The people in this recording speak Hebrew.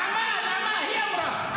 נעמה, היא אמרה.